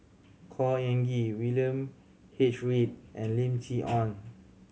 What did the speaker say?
Khor Ean Ghee William H Read and Lim Chee Onn